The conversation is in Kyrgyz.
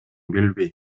билбейм